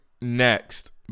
Next